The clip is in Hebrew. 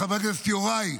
חבר הכנסת יוראי,